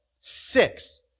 six